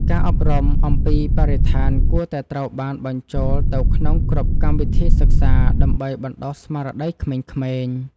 ការអប់រំអំពីបរិស្ថានគួរតែត្រូវបានបញ្ចូលទៅក្នុងគ្រប់កម្មវិធីសិក្សាដើម្បីបណ្តុះស្មារតីក្មេងៗ។